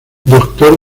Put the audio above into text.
doctor